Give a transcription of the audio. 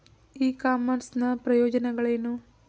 E commerce ನ ಪ್ರಯೋಜನಗಳೇನು?